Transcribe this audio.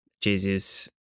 Jesus